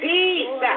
Peace